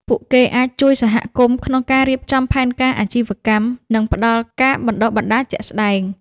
ពួកគេអាចជួយសហគមន៍ក្នុងការរៀបចំផែនការអាជីវកម្មនិងផ្តល់ការបណ្តុះបណ្តាលជាក់ស្តែង។